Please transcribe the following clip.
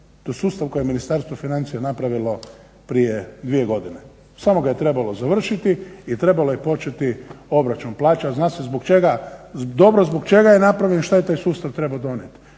to je sustav koji Ministarstvo financija napravilo prije 2 godine. Samo ga je trebalo završiti i trebalo je početi obračun plaća. Zna se zbog čega, dobro zbog čega je napravljen, šta je taj sustav treba donijeti.